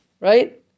right